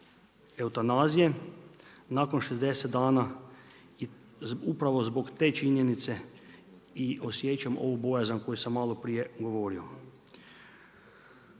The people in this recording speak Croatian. eutanazije, nakon 60 dana, upravo zbog te činjenice i osjećam ovu bojazan koju sam maloprije govorio.